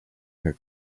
her